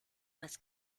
más